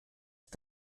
ist